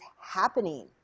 happening